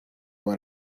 what